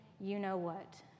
you-know-what